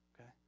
okay